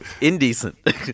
indecent